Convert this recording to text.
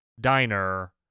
diner